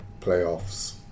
playoffs